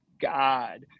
God